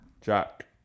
Jack